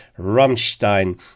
Rammstein